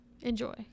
Enjoy